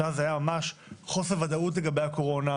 אז היה ממש חוסר ודאות לגבי הקורונה,